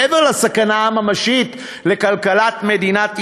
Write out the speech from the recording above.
מעבר לסכנה הממשית לכלכלת מדינת ישראל,